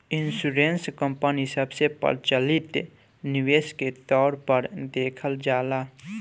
insurance company सबसे प्रचलित निवेश के तौर पर देखल जाला